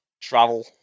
travel